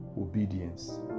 obedience